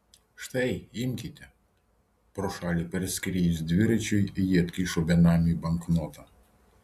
štai imkite pro šalį praskriejus dviračiui ji atkišo benamiui banknotą